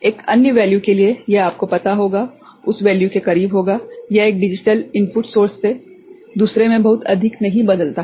एक अन्य मान के लिए यह आपको पता होगा उस मान के करीब होगा यह एक डिजिटल इनपुट स्रोत से दूसरे में बहुत अधिक नहीं बदलता है